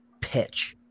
pitch